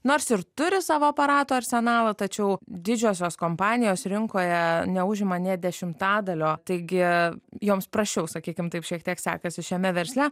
nors ir turi savo aparatų arsenalą tačiau didžiosios kompanijos rinkoje neužima nė dešimtadalio taigi joms prasčiau sakykim taip šiek tiek sekasi šiame versle